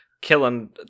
killing